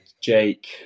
Jake